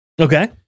Okay